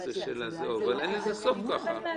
אין לזה סוף ככה.